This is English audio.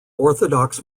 orthodox